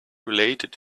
related